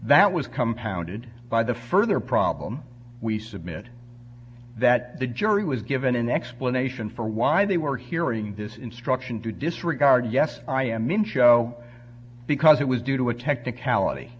that was compounded by the further problem we submit that the jury was given an explanation for why they were hearing this instruction to disregard yes i am in show because it was due to a technicality